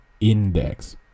index